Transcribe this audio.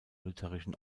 lutherischen